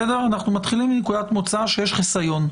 אנחנו מתחילים מנקודת מוצא שיש חיסיון,